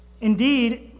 Indeed